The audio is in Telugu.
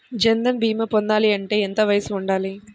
జన్ధన్ భీమా పొందాలి అంటే ఎంత వయసు ఉండాలి?